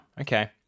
Okay